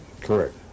Correct